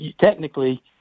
technically